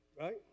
right